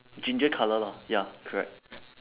ginger colour lah ya correct